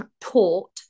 taught